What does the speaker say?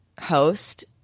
host